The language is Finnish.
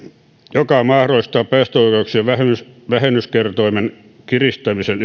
joka mahdollistaa päästöoikeuksien vähennyskertoimen kiristämisen